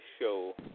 show